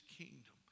kingdom